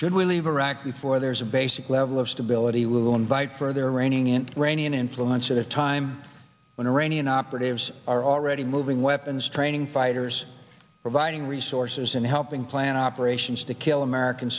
should we leave iraq before there is a basic level of stability will invite further reigning in rainy and influence at a time when iranian operatives are already moving weapons training fighters providing resources in helping plan operations to kill american